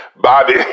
bobby